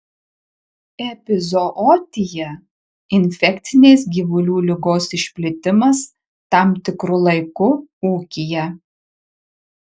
epizootija infekcinės gyvulių ligos išplitimas tam tikru laiku ūkyje